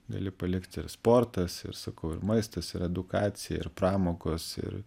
gali palikti ir sportas ir sakau ir maistas ir edukacija ir pramogos ir